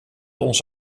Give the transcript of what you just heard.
ons